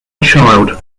child